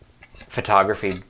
photography